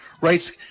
right